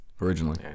Originally